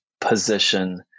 position